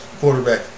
quarterback